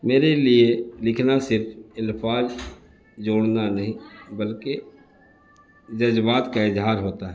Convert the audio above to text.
میرے لیے لکھنا صرف الفاظ جوڑنا نہیں بلکہ جذبات کا اظہار ہوتا ہے